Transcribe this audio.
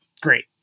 Great